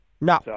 No